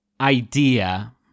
idea